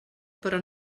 però